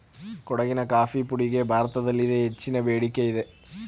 ಕೊಡಗಿನ ಕಾಫಿ ಪುಡಿಗೆ ಭಾರತದಲ್ಲಿದೆ ಹೆಚ್ಚಿನ ಬೇಡಿಕೆಯಿದೆ